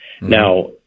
Now